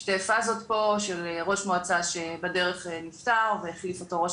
שתי פאזות פה של ראש מועצה שבדרך נפטר והחליף אותו ראש